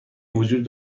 وجود